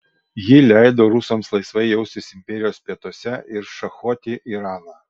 ji leido rusams laisvai jaustis imperijos pietuose ir šachuoti iraną